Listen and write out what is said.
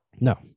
No